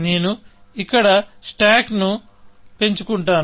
నేను ఇక్కడ నుండి స్టాక్ను పెంచుకుంటాను